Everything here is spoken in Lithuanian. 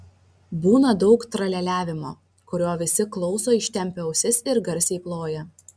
būna daug tralialiavimo kurio visi klauso ištempę ausis ir garsiai ploja